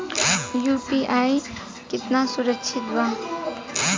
UPI कितना सुरक्षित बा?